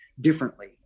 differently